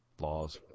laws